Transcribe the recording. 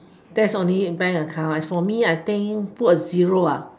that's only bank account as for me I think put a zero